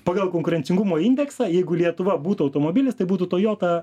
pagal konkurencingumo indeksą jeigu lietuva būtų automobilis tai būtų toyota